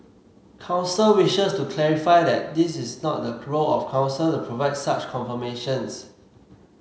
council wishes to clarify that this is not the role of Council to provide such confirmations